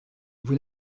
vous